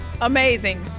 Amazing